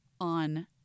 on